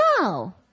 No